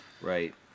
right